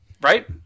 Right